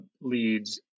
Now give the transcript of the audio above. leads